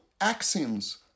axioms